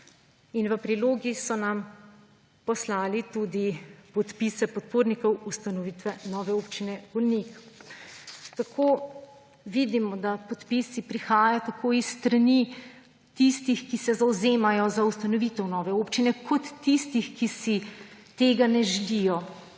In v prilogi so nam poslali tudi podpise podpornikov ustanovitve nove Občine Golnik. Tako vidimo, da podpisi prihajajo tako s strani tistih, ki se zavzemajo za ustanovitev nove občine, kot tistih, ki si tega ne želijo.